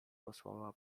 posłała